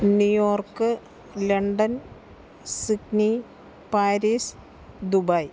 New York London Sydney Paris Dubai